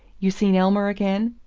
you seen elmer again?